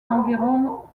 environ